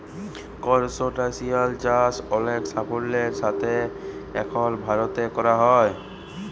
করসটাশিয়াল চাষ অলেক সাফল্যের সাথে এখল ভারতে ক্যরা হ্যয়